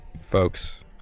folks